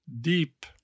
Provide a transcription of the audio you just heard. deep